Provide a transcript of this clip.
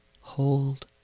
hold